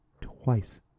Twice